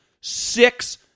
Six